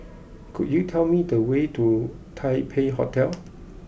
could you tell me the way to Taipei Hotel